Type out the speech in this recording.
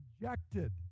rejected